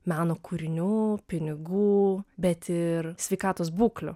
meno kūrinių pinigų bet ir sveikatos būklių